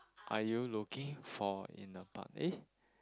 are you looking for in a part eh